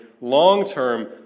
long-term